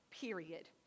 period